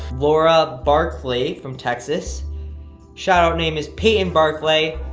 laura barkley from texas shout-out name is peyton barkley,